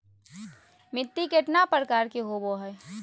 मिट्टी केतना प्रकार के होबो हाय?